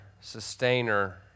sustainer